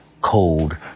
cold